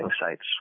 sites